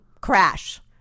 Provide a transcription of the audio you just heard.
crash